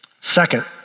Second